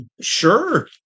Sure